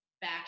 back